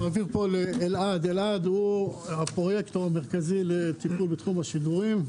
אני מעביר לאלעד שהוא הפרויקטור המרכזי לטיפול בתחום השינויים.